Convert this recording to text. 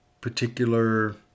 particular